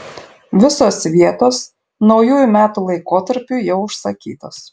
visos vietos naujųjų metų laikotarpiui jau užsakytos